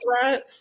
threat